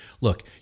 look